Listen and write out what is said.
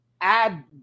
add